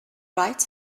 right